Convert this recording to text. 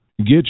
Get